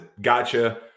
gotcha